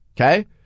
Okay